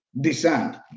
descend